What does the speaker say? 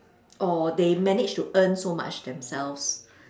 or they managed to earn so much themselves